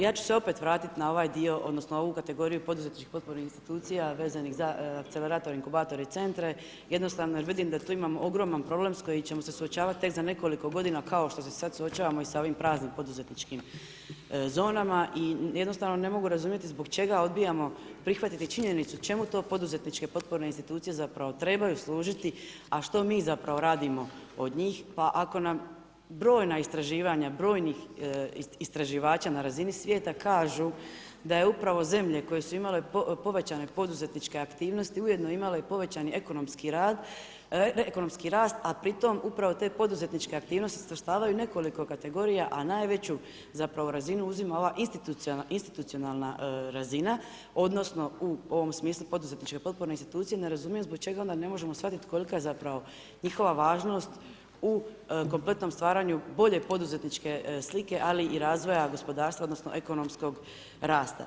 Ja ću se opet vratiti na ovaj dio odnosno ovu kategoriju poduzetničkih potpornih institucija vezanih za akceleratore, inkubatore i centre, jednostavno jer vidim da tu imamo ogroman problem s kojim ćemo se suočavati tek za nekoliko godina kao štose sad suočavamo i sa ovim praznim poduzetničkim zonama i jednostavno ne mogu razumjeti zbog čega odbijamo prihvatiti činjenicu čemu to poduzetničke potporne institucije zapravo trebaju služiti a što mi zapravo radimo od njih pa ako nam brojna istraživanja, brojnih istraživača na razini svijeta kažu da upravo zemlje koje su imale povećane poduzetničke aktivnosti, ujedno imale i povećan ekonomski rast a pritom upravo te poduzetničke aktivnosti se svrstavaju u nekoliko kategorija a najveću zapravo razinu uzima ova institucionalna razina, odnosno u ovom smislu poduzetnička potporna institucija, ne razumijem zbog čega onda ne možemo shvatiti koliko je zapravo njihova važnost u kompletnom stvaranju bolje poduzetničke slike ali i razvoja gospodarstva odnosno ekonomskog rasta.